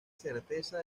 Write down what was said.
certeza